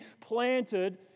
planted